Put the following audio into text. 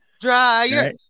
Dryer